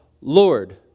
Lord